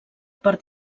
per